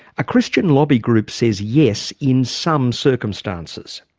a christian lobby group says yes, in some circumstances.